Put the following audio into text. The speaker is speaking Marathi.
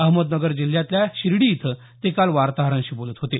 अहमदनगर जिल्ह्यातल्या शिर्डी इथं ते काल वार्ताहरांशी बोलत होते